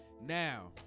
Now